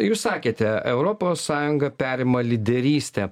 jūs sakėte europos sąjunga perima lyderystę